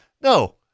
No